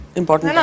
important